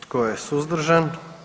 Tko je suzdržan?